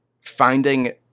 finding